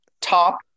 top –